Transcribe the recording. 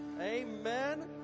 Amen